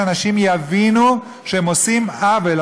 שאנשים יבינו שהם עושים עוול.